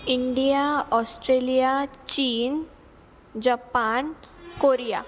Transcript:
India Australia चीन जपान Korea